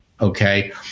Okay